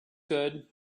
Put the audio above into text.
good